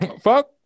fuck